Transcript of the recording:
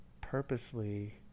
purposely